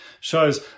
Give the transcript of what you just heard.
shows